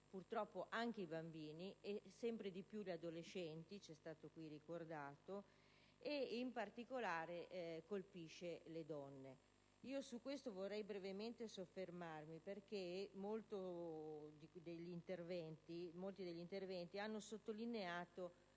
purtroppo, anche i bambini, e sempre di più gli adolescenti, come è stato ricordato, e in particolare colpisce le donne. Su questo vorrei brevemente soffermarmi, perché in molti degli interventi è stata sottolineata,